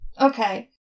Okay